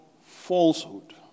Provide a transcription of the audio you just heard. falsehood